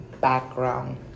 background